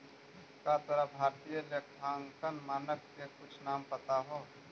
का तोरा भारतीय लेखांकन मानक के कुछ नाम पता हो?